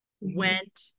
went